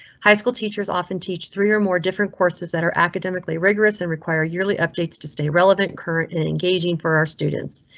high school teachers often teach three or more different courses that are academically rigorous and require yearly updates to stay relevant. current and and engaging for our students.